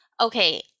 okay